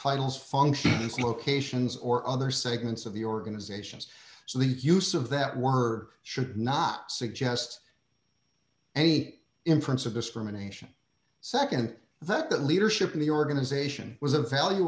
titles functions locations or other segments of the organizations so the use of that word should not suggest any inference of discrimination nd that that leadership in the organization was evalu